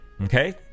okay